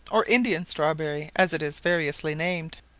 or indian strawberry, as it is variously named.